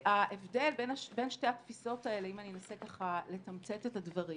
וההבדל בין שתי התפיסות האלה אם אני אנסה לתמצת את הדברים